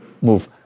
move